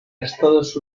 estados